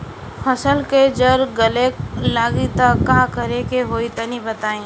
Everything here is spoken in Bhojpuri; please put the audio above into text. फसल के जड़ गले लागि त का करेके होई तनि बताई?